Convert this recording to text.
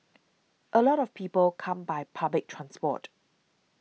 a lot of people come by public transport